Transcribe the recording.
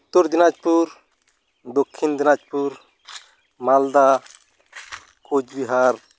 Uttar Dinajpur Dakshin Dinajpur Malda Cooch Behar